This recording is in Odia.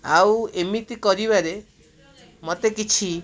ଆଉ ଏମିତି କରିବାରେ ମୋତେ କିଛି